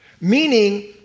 meaning